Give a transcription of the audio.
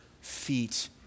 feet